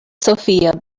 sophia